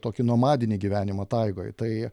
tokį nomadinį gyvenimą taigoj tai